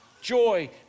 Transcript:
joy